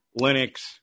Linux